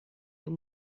been